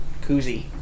Koozie